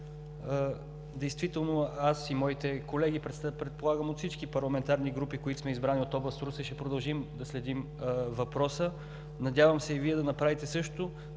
е извършена. Аз и моите колеги – предполагам от всички парламентарни групи, които сме избрани от област Русе – ще продължим да следим въпроса. Надявам се и Вие да направите същото,